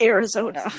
Arizona